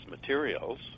materials